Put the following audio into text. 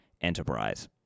enterprise